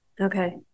Okay